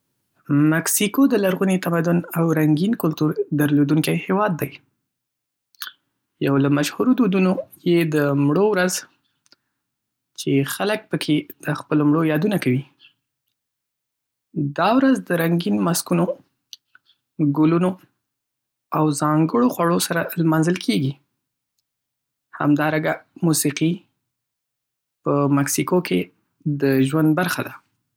مکسیکو د لرغوني تمدن او رنګین کلتور درلودونکی هیواد دی. یو له مشهورو دودونو یې "د مړو ورځ" چې خلک پکې د خپلو مړو یادونه کوي. دا ورځ د رنګین ماسکونو، ګلونو او ځانګړو خوړو سره لمانځل کېږي. همدارنګه موسیقي په مکسیکو د ژوند برخه ده.